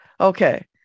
Okay